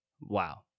Wow